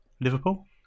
Liverpool